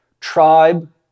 tribe